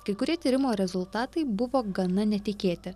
kai kurie tyrimo rezultatai buvo gana netikėti